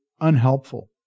unhelpful